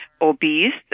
obese